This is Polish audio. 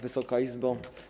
Wysoka Izbo!